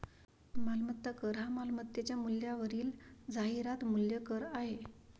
मालमत्ता कर हा मालमत्तेच्या मूल्यावरील जाहिरात मूल्य कर आहे